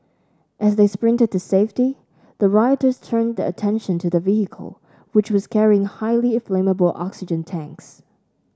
as they sprinted to safety the rioters turned their attention to the vehicle which was carrying highly flammable oxygen tanks